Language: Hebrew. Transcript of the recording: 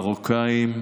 מרוקאים,